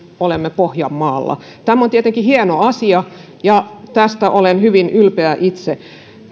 olemme jo pohjanmaalla tämä on tietenkin hieno asia ja tästä olen hyvin ylpeä itse